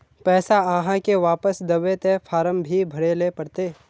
पैसा आहाँ के वापस दबे ते फारम भी भरें ले पड़ते?